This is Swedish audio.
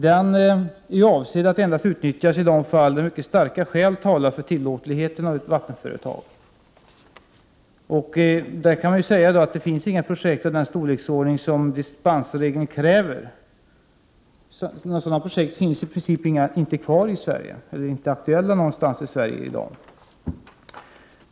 Regeln är avsedd att endast utnyttjas i de fall starka skäl talar för tillåtlighet av ett vattenföretag. Det finns inga projekt av den storleksordning som dispensregeln kräver. Några sådana projekt finns i princip inte kvar i Sverige. De är inte aktuella någonstans i Sverige i dag.